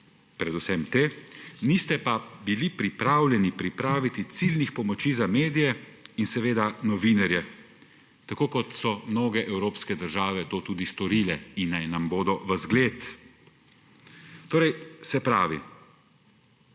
predvsem te, niste bili pripravljeni pripraviti ciljnih pomoči za medije in novinarje, tako kot so mnoge evropske države to storile in naj vam bodo vzgled. Za povrh